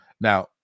now